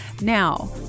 Now